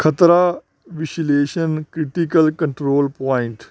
ਖਤਰਾ ਵਿਸ਼ਲੇਸ਼ਣ critical control point